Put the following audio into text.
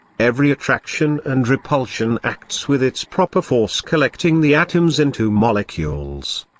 every attraction and repulsion acts with its proper force collecting the atoms into molecules,